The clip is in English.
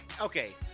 Okay